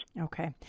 Okay